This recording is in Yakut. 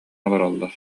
олороллор